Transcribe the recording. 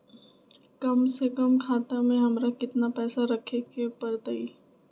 कम से कम खाता में हमरा कितना पैसा रखे के परतई?